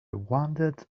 wandered